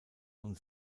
und